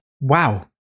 Wow